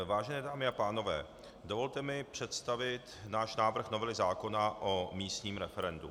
Vážené dámy a pánové, dovolte mi představit náš návrh novely zákona o místním referendu.